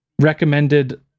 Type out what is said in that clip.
recommended